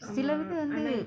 சில இது வந்து:sila ithu vanthu